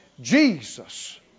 Jesus